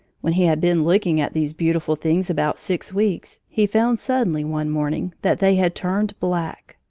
when he had been looking at these beautiful things about six weeks, he found suddenly, one morning, that they had turned black.